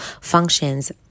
functions